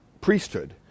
priesthood